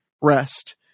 rest